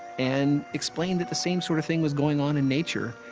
and explained that the same sort of thing was going on in nature,